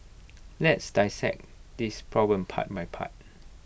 let's dissect this problem part by part